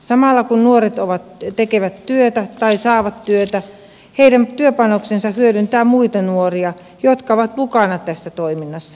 samalla kun nuoret ovat työ tekevät työtä tai saavat työtä heidän työpanoksensa hyödyttää muita nuoria jotka ovat mukana tässä toiminnassa